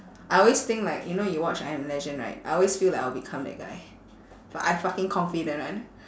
I always think like you know you watch I am legend right I always feel like I'll become that guy but I fucking confident [one]